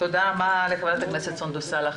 תודה רבה לחברת הכנסת סונדוס סאלח.